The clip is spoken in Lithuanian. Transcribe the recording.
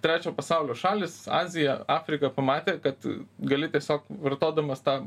trečio pasaulio šalys azija afrika pamatė kad gali tiesiog vartodamas tą